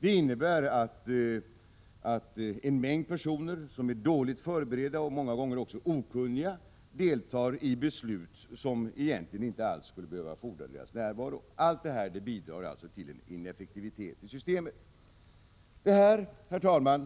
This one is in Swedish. Det innebär att en mängd personer som är dåligt förberedda och många gånger också okunniga deltar i beslut som egentligen inte alls skulle fordra deras närvaro. Allt detta bidrar till en ineffektivitet i systemet. Herr talman!